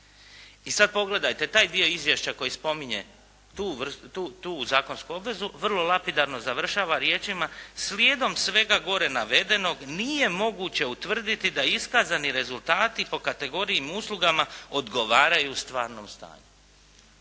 I sada pogledajte taj dio izvješća koji spominje tu zakonsku obvezu, vrlo lapidarno završava riječima: "Slijedom svega gore navedenog nije moguće utvrditi da iskazani rezultati po kategorijama usluga odgovaraju stvarnom stanju."